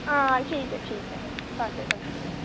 हां ठीक ऐ ठीक ऐ साढे तिन्न